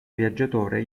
viaggiatore